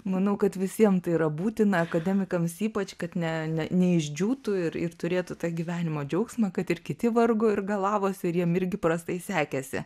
manau kad visiem tai yra būtina akademikams ypač kad ne ne neišdžiūtų ir ir turėtų tą gyvenimo džiaugsmą kad ir kiti vargo ir galavosi ir jiem irgi prastai sekėsi